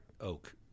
oak